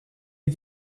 les